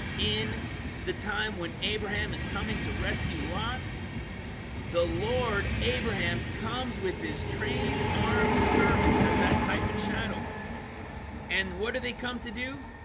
in the time when abraham is coming to rescue lot the lord abraham comes with his trained armed servants as that type and shadow and what do they come to do?